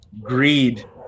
greed